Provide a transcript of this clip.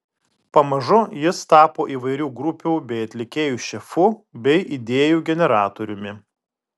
pamažu jis tapo įvairių grupių bei atlikėjų šefu bei idėjų generatoriumi